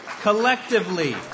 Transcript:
Collectively